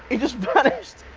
he just vanished!